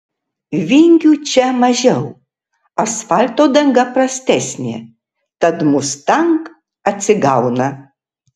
vingių čia mažiau asfalto danga prastesnė tad mustang atsigauna